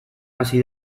hasi